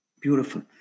Beautiful